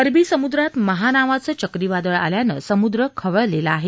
अरबी समुद्रात महा नावाचं चक्रीवादळ आल्यानं समुद्र खवळलेला आहे